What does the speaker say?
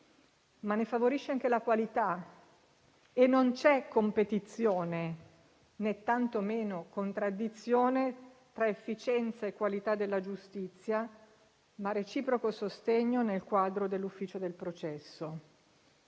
ma ne favorisce anche la qualità. E non c'è competizione, né tantomeno contraddizione, tra efficienza e qualità della giustizia, ma reciproco sostegno, nel quadro dell'ufficio del processo.